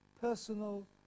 personal